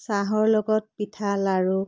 চাহৰ লগত পিঠা লাড়ু